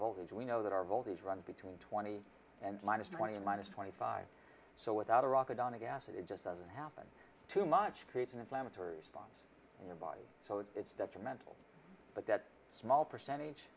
voltage we know that our voltage run between twenty and minus twenty minus twenty five so without a rocket on a gas it just doesn't happen too much creates an inflammatory response in your body so it's detrimental but that small percentage